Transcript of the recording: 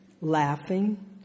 laughing